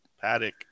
Paddock